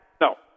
No